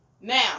Now